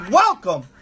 welcome